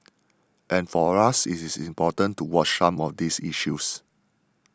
and for us it is important to watch some of these issues